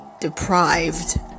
deprived